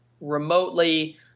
remotely